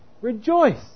rejoice